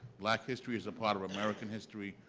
black history is a part of american history,